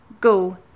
Go